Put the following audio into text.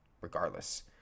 regardless